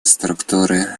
структуры